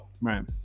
Right